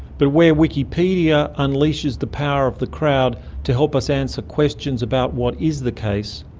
but where wikipedia unleashes the power of the crowd to help us answer questions about what is the case,